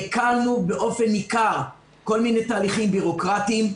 הקלנו באופן ניכר כל מיני תהליכים בירוקרטיים.